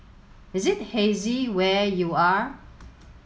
is it hazy where you are